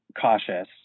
cautious